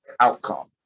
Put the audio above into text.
outcome